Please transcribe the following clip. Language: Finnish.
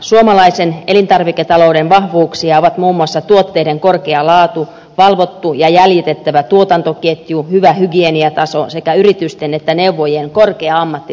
suomalaisen elintarviketalouden vahvuuksia ovat muun muassa tuotteiden korkea laatu valvottu ja jäljitettävä tuotantoketju hyvä hygieniataso sekä yritysten ja neuvojien korkea ammattitaito